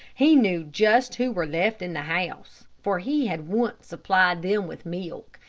he knew just who were left in the house, for he had once supplied them with milk,